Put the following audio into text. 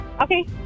Okay